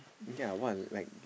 you think I want like